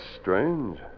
strange